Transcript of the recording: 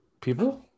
people